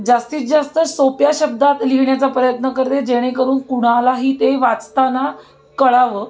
जास्तीत जास्त सोप्या शब्दात लिहिण्याचा प्रयत्न करते जेणेकरून कुणालाही ते वाचताना कळावं